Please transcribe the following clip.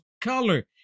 color